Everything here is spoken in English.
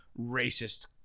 racist